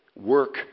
work